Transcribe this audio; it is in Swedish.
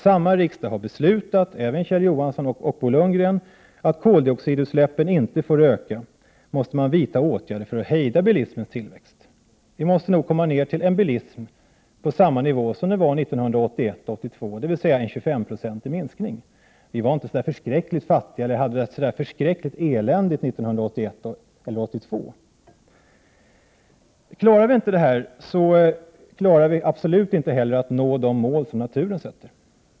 Samma riksdag har beslutat, även Kjell Johansson och Bo Lundgren, att koldioxidutsläppen inte får öka. Man måste då vidta åtgärder för att hejda bilismens tillväxt. Vi måste komma ner till samma nivå på bilismen som rådde år 1981-1982, dvs. en minskning med 25 Ze. Vi var inte förskräckligt fattiga, och vi hade det inte förskräckligt eländigt år 1981-1982. Om vi inte klarar av detta, klarar vi absolut inte heller av att nå de mål som naturen sätter.